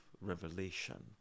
revelation